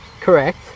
Correct